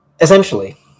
essentially